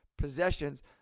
possessions